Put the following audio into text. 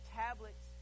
tablets